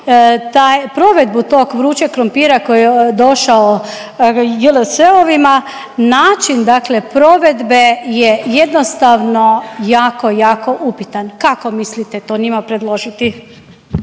provedbu tog vrućeg krumpira koji je došao JLS-ovima način dakle provedbe je jednostavno jako, jako upitan. Kako mislite to njima predložiti?